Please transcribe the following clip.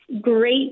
great